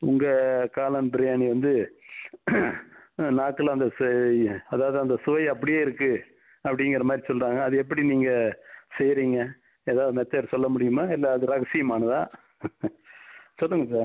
உங்கள் காளான் பிரியாணி வந்து நாக்கில் அந்த சுவை அதாவது அந்த சுவை அப்படியே இருக்குது அப்படிங்கிற மாதிரி சொல்கிறாங்க அது எப்படி நீங்கள் செய்கிறீங்க ஏதாவது மெத்தட் சொல்ல முடியுமா இல்லை அது ரகசியமானதா சொல்லுங்க சார்